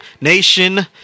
nation